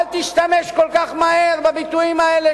אל תשתמש כל כך מהר בביטויים האלה,